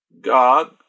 God